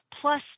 plus